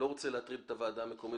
אני לא רוצה להטריד את הוועדה המקומית